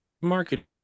marketing